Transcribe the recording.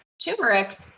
turmeric